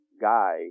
guy